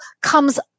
comes